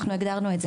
אנחנו הגדרנו את זה.